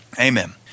amen